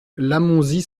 lamonzie